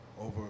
Over